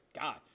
God